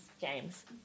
James